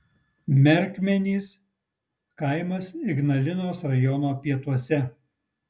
merkmenys kaimas ignalinos rajono pietuose